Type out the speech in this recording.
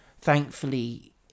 thankfully